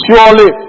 Surely